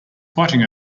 fighting